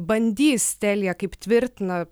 bandys telia kaip tvirtina